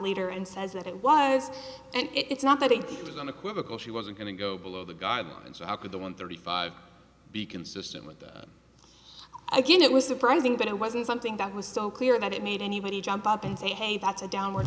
later and says that it was and it's not that it threw the unequivocal she wasn't going to go below the guidelines out of the one thirty five be consistent with again it was surprising that it wasn't something that was so clear that it made anybody jump up and say hey that's a downward